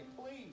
Please